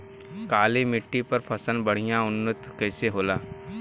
काली मिट्टी पर फसल बढ़िया उन्नत कैसे होला?